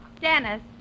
Dennis